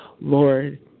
Lord